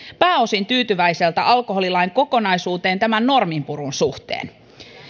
pääosin tyytyväiseltä alkoholilain kokonaisuuteen tämän norminpurun suhteen